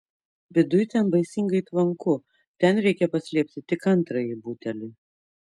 viduj ten baisingai tvanku ten reikia paslėpti tik antrąjį butelį